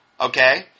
Okay